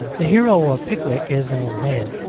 the hero of pickwick is an old man.